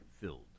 filled